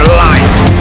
life